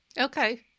Okay